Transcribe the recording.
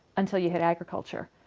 until you hit agriculture.